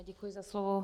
Děkuji za slovo.